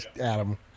Adam